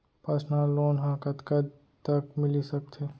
Personal loan ह कतका तक मिलिस सकथे?